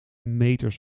meters